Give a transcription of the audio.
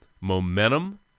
momentum